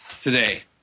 Today